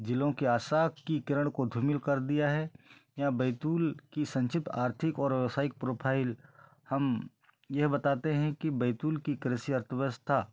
जिलों की आशा की किरण को धूमिल कर दिया है या बैतूल की संक्षिप्त आर्थिक और रसायिक प्रोफाइल हम यह बताते हैं कि बैतूल की कृषि अर्थव्यवस्था